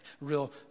real